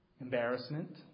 Embarrassment